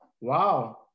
Wow